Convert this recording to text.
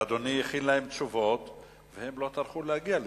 אדוני הכין להם תשובות והם לא טרחו להגיע לכאן.